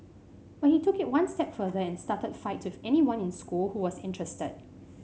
but he took it one step further and started fights with anyone in school who was interested